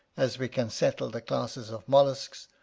as we can settle the classes of molluscs,